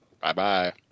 Bye-bye